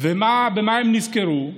במה הם נזכרו?